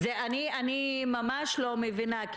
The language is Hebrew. אני ממש לא מבינה,